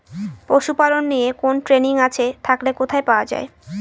পশুপালন নিয়ে কোন ট্রেনিং আছে থাকলে কোথায় পাওয়া য়ায়?